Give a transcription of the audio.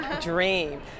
dream